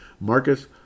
Marcus